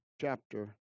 chapter